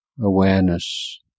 awareness